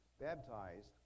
baptized